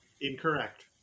incorrect